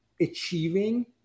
achieving